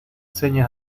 señas